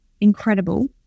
incredible